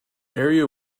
area